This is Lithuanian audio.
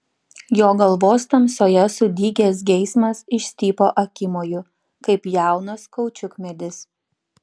jo galvos tamsoje sudygęs geismas išstypo akimoju kaip jaunas kaučiukmedis